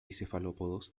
cefalópodos